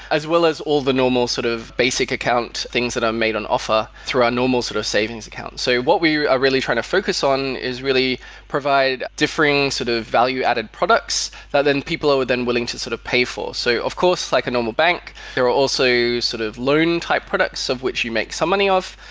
as well as all the normal sort of basic account, things that are made an offer through our normal sort of savings account. so what we are really trying to focus on is really provide differing sort of value added products that then people are then willing to sort of pay for. so, of course, like a normal bank, there are also sort of loan type products of which you make some money off.